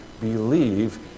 believe